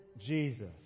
Jesus